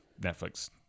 Netflix